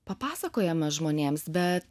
papasakojame žmonėms bet